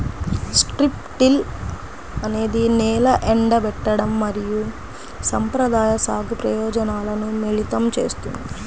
strip till అనేది నేల ఎండబెట్టడం మరియు సంప్రదాయ సాగు ప్రయోజనాలను మిళితం చేస్తుంది